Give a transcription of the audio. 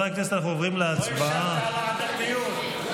לא השבת על העדתיות.